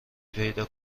پیدا